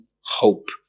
hope